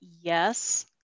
yes